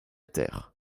terre